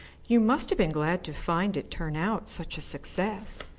you must have been glad to find it turn out such a success.